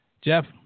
Jeff